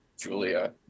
Julia